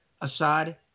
Assad